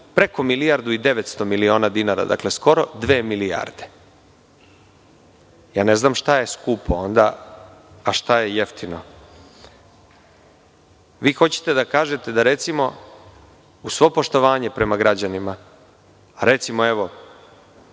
preko milijardu i devetsto miliona dinara, skoro dve milijarde. Ja ne znam šta je skupo, a šta je jeftino. Vi hoćete da kažete, da je recimo, uz svo poštovanje građanima, recimo evo,